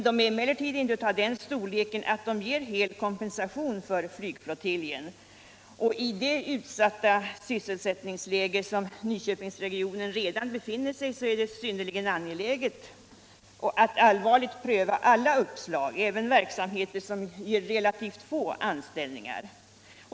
De är emellertid inte av den storleken att de ger full kompensation för flygflottiljen. I det utsatta sysselsättningsläge som Nyköpingsregionen redan befinner sig i är det därför synnerligen angeläget att allvarligt pröva alla uppslag, även verksamheter som ger relativt få anställningar.